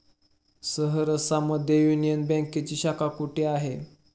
सहरसा मध्ये युनियन बँकेची शाखा कुठे आहे?